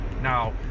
Now